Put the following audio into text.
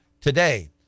today